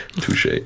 Touche